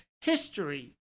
history